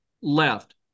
left